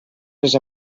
les